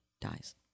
dies